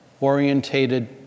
orientated